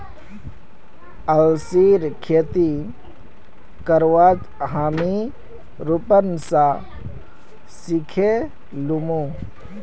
अलसीर खेती करवा हामी रूपन स सिखे लीमु